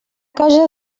cosa